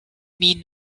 mean